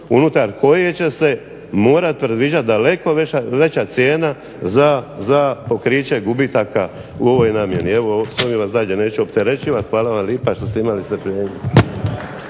unutar koje će se morat predviđati daleko veća cijena za pokriće gubitaka u ovoj namjeni. Evo s ovim vas dalje neću opterećivat, hvala vam lijepa što ste imali strpljenja.